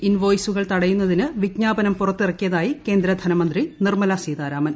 T ഇൻവോയ്സുകൾ തടയുന്നതിന് വിജ്ഞാപനം പുറത്തിറക്കിയതായി കേന്ദ്ര ധനമന്ത്രി നിർമലാ സീതാരാമൻ